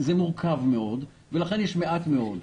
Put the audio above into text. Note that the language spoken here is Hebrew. זה מורכב מאוד ולכן יש מעט מאוד.